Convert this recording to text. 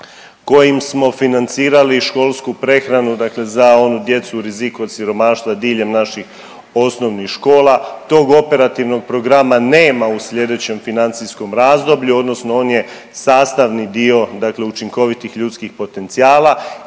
kojim smo financirali školsku prehranu dakle za onu djecu u riziku od siromaštva diljem naših osnovnih škola. Tog operativnog programa nema u slijedećem financijskom razdoblju odnosno on je sastavni dio dakle učinkovitih ljudskih potencijala